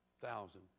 Thousand